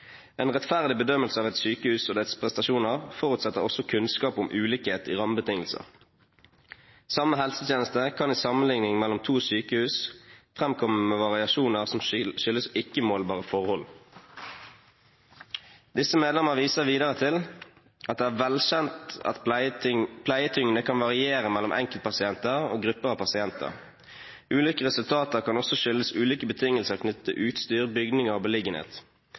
En rettferdig bedømmelse av et sykehus og dets prestasjoner forutsetter også kunnskap om ulikhet i rammebetingelser. Samme helsetjeneste kan i sammenligning mellom to sykehus framkomme med variasjoner som skyldes ikke-målbare forhold. Høyre, Fremskrittspartiet og Senterpartiet viser videre til at det er velkjent at pleietyngde kan variere mellom enkeltpasienter og grupper av pasienter. Ulike resultater kan også skyldes ulike betingelser knyttet til utstyr, bygninger og beliggenhet.